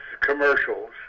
commercials